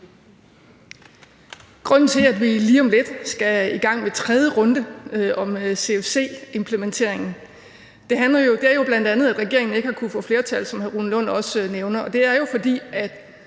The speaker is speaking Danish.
Grunden til, at vi lige om lidt skal i gang med tredje runde angående CFC-implementeringen, er jo bl.a., at regeringen ikke har kunnet få flertal, som hr. Rune Lund også nævner. Og det er jo, fordi